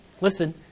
listen